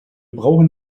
brauchen